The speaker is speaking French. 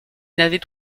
n’avait